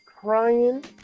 crying